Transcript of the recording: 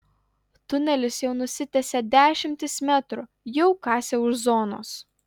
tunelis jau nusitęsė dešimtis metrų jau kasė už zonos